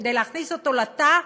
כדי להכניס אותו לתא,